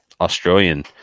Australian